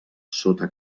sota